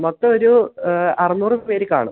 മൊത്തമൊരു അറുന്നൂറ് പേര് കാണും